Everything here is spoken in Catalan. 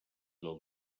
del